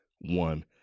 one